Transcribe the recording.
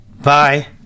Bye